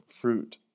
fruit